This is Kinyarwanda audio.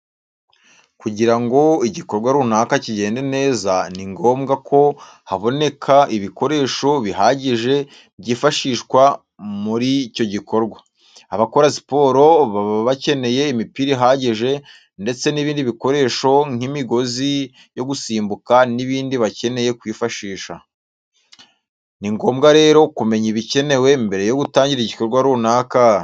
Kugira ngo igikorwa runaka kigende neza, ni ngombwa ko haboneka ibikoresho bihagije byifashishwa muri icyo gikorwa. Abakora siporo baba bakeneye imipira ihagije ndetse n'ibindi bikoresho nk'imigozi yo gusimbuka n'ibindi bakeneye kwifashisha. Ni ngombwa rero kumenya ibikenewe mbere yo gutangira igikorwa runaka.